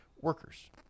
workers